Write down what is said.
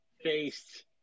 faced